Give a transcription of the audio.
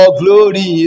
glory